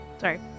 Sorry